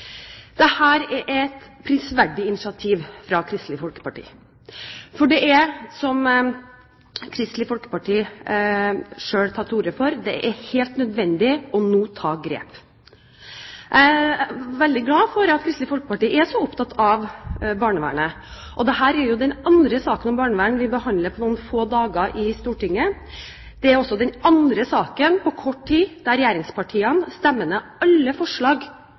det er nå, som Kristelig Folkeparti selv tar til orde for, helt nødvendig å ta grep. Jeg er veldig glad for at Kristelig Folkeparti er så opptatt av barnevernet. Dette er jo den andre saken om barnevern som vi behandler i Stortinget på noen få dager. Det er også den andre saken på kort tid der regjeringspartiene stemmer ned alle forslag